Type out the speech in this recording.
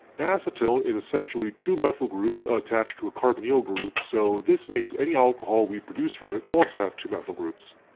acetone is essentially two methyl groups attached to a carbonyl group so this makes any alcohol we produce from it also have two methyl groups.